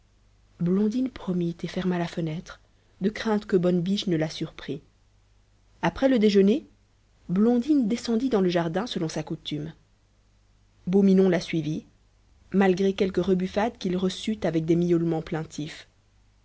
blondine promit et ferma la fenêtre de crainte que bonne biche ne la surprît après le déjeuner blondine descendit dans le jardin selon sa coutume beau minon la suivit malgré quelques rebuffades qu'il reçut avec des miaulements